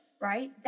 right